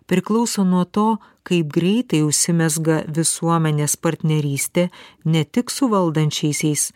priklauso nuo to kaip greitai užsimezga visuomenės partnerystė ne tik su valdančiaisiais